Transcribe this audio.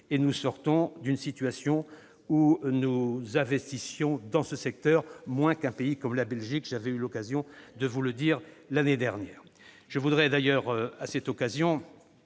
et sortons d'une situation où nous investissions dans ce secteur moins qu'un pays comme la Belgique- j'avais eu l'occasion de vous le dire l'année dernière. Je souhaite que le débat